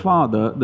Father